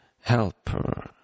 Helper